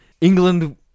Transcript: England